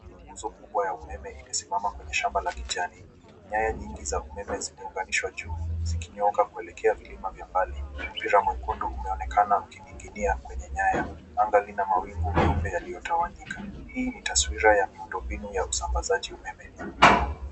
Nguzo kubwa ya umeme imesimama kwenye shamba la kijani. Nyaya nyingi za umeme zimepandishwa juu zikinyooka kuelekea vilima vya mbali. Mpira mwekundu unaonekana ukining'inia kwenye nyaya. Anga lina mawingu meupe yaliyotawanyika. Hii ni taswira ya miundo mbinu ya usambazaji umeme.